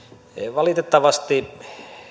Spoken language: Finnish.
valitettavasti